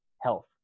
health